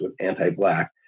anti-Black